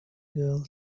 girl